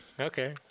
Okay